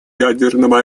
ядерного